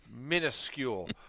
minuscule